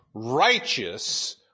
righteous